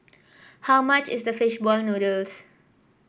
how much is the fish ball noodles